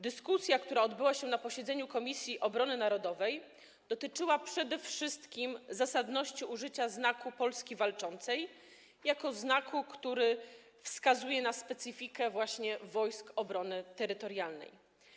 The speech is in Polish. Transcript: Dyskusja, która odbyła się na posiedzeniu Komisji Obrony Narodowej, dotyczyła przede wszystkim zasadności użycia Znaku Polski Walczącej jako znaku, który wskazuje na specyfikę właśnie Wojsk Obrony Terytorialnej.